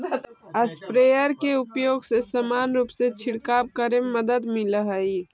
sprayer के उपयोग से समान रूप से छिडकाव करे में मदद मिलऽ हई